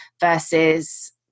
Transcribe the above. versus